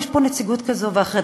יש פה נציגות כזאת ואחרת,